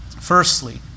Firstly